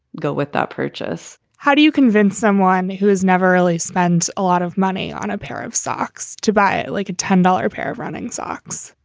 go with that purchase how do you convince someone who is never early, spends a lot of money on a pair of socks to buy it like a ten dollars pair of running socks?